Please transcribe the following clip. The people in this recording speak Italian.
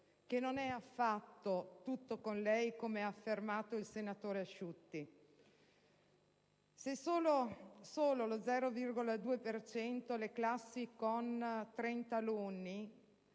che non è affatto tutto con lei come ha affermato il senatore Asciutti. Se sono solo lo 0,2 per cento le classi con 30 alunni,